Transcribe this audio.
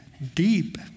deep